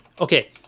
Okay